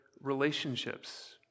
relationships